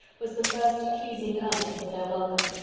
was the first pleasing earnest of their welcome.